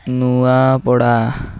Nuapada